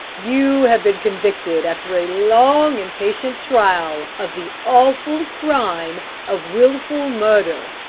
you have been convicted after a long and patient trial of the awful crime of wilful murder.